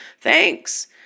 thanks